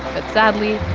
but sadly,